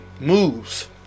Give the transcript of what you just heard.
moves